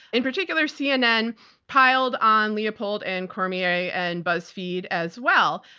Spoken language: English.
in particular, cnn piled on leopold and cormier and buzzfeed as well.